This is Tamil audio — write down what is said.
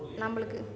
நம்ம ளுக்கு